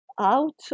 out